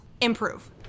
improve